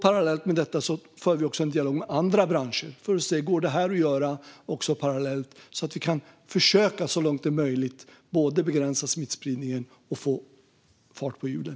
Vi för också en dialog med andra branscher för att se om det här går att göra parallellt, så att vi kan försöka att så långt det är möjligt både begränsa smittspridningen och få fart på hjulen.